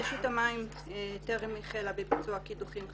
רשות המים טרם החלה בביצוע קידוחים חדשים,